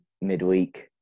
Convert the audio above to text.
midweek